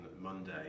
Monday